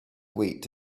week